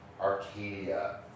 Arcadia